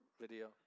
video